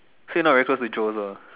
so you not very close to Joe also ah